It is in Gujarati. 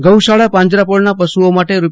ગૌશાળા પાંજરાપીળના પશુઓ માટે રૂ